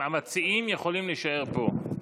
המציעים יכולים להישאר פה.